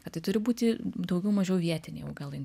kad tai turi būti daugiau mažiau vietiniai augalai